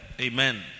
Amen